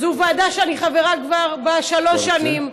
זו ועדה שאני חברה בה כבר שלוש שנים.